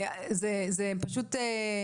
זה פשוט,